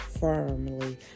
firmly